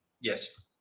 Yes